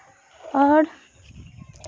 ᱟᱨ